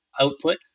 output